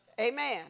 Amen